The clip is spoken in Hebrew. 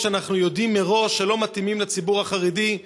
שאנחנו יודעים מראש שהן לא מתאימות לציבור החרדי,